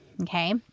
Okay